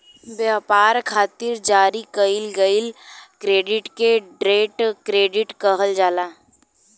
ब्यपार खातिर जारी कईल गईल क्रेडिट के ट्रेड क्रेडिट कहल जाला